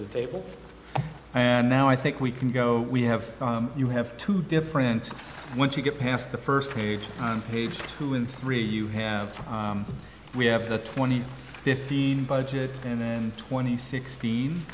the table and now i think we can go we have you have two different once you get past the first page on page two and three you have we have the twenty fifteen budget and then twenty sixteen